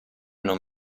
non